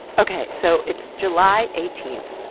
ok, so it's july eighteen,